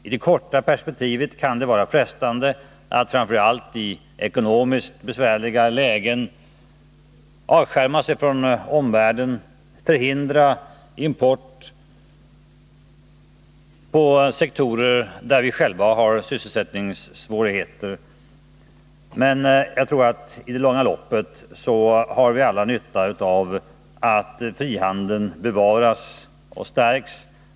I det korta perspektivet kan det vara frestande att framför allt i ekonomiskt besvärliga lägen avskärma sig från omvärlden och förhindra import på sektorer där vi själva har sysselsättningssvårigheter. I det långa loppet har vi alla nytta av att frihandeln bevaras och stärks.